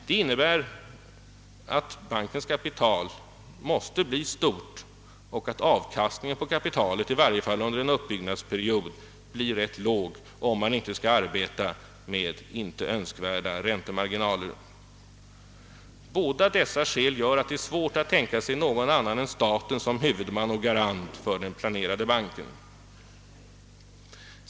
Det innebär att bankens kapital måste bli stort och att avkastningen på kapitalet, i varje fall under en uppbyggnadsperiod, blir rätt låg, om man inte skall arbeta med icke önskvärda räntemarginaler. Båda dessa skäl gör att det är svårt att tänka sig någon annan än staten som huvudman och garant för den planerade banken.